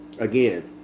Again